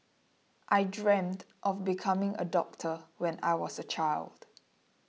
I dreamt of becoming a doctor when I was a child